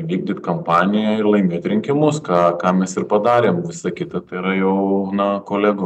vykdyt kampaniją ir laimėt rinkimus ką ką mes ir padarėm visa kita tai yra jau na kolegų